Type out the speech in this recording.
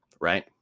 right